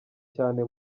cyane